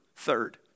Third